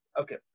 okay